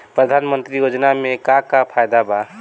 प्रधानमंत्री योजना मे का का फायदा बा?